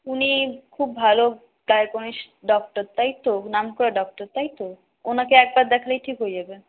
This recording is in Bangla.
উনি খুব ভালো ডক্টর তাই তো নামকরা ডক্টর তাই তো ওনাকে একবার দেখালেই ঠিক হয়ে যাবে